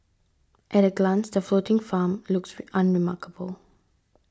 at a glance the floating farm looks unremarkable